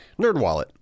NerdWallet